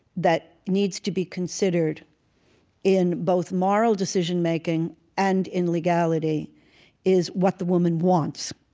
that needs to be considered in both moral decision-making and in legality is what the woman wants.